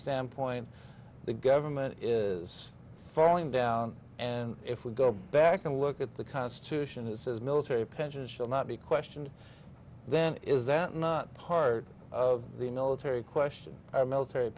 standpoint the government is falling down and if we go back and look at the constitution it says military pensions shall not be questioned then is that not part of the military question i military